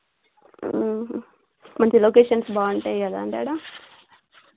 మంచి లొకేషన్స్ బాగుంటాయి కదా అండి అక్కడ